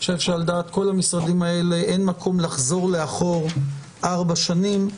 אני חושב שעל דעת כל המשרדים האלה אין מקום לחזור לאחור ארבע שנים.